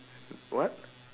what